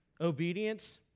obedience